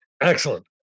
Excellent